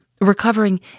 Recovering